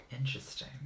Interesting